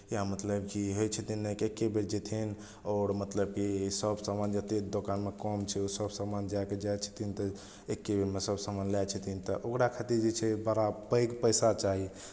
या मतलब कि होइ छथिन ने कि एक्के बेर जेथिन आओर मतलब कि सभ सामान जतेक दोकानमे कम छै ओसभ सामान जायके जाइ छथिन तऽ एक्के बेरमे सभ सामान लै छथिन तऽ ओकरा खातिर जे छै बड़ा पैघ पैसा चाही